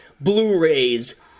Blu-rays